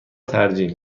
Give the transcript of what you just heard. ترجیح